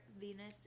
venus